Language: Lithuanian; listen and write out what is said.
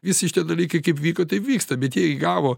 visi šitie dalykai kaip vyko taip vyksta bet jie įgavo